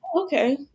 okay